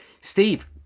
Steve